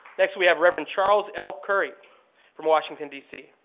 next we have reverend charles l. currie from washington, d c.